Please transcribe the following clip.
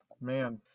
man